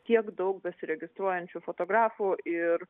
tiek daug besiregistruojančių fotografų ir